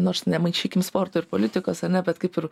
nors nemaišykime sporto ir politikos ar ne bet kaip ir